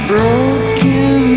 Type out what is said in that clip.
broken